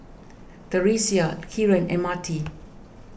theresia Kieran and Marti